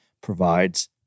provides